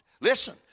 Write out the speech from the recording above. Listen